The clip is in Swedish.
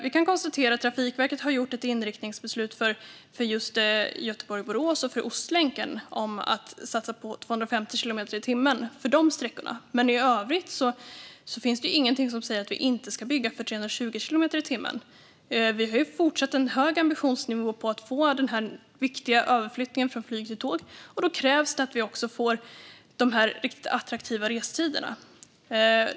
Vi kan konstatera att Trafikverket har fattat ett inriktningsbeslut för just Göteborg-Borås och för Ostlänken om att satsa på 250 kilometer i timmen för dessa sträckor. Men i övrigt finns det ingenting som säger att vi inte ska bygga för 320 kilometer i timmen. Vi har fortsatt en hög ambitionsnivå när det gäller att få den viktiga överflyttningen från flyg till tåg, och då krävs det att vi också får de här riktigt attraktiva restiderna.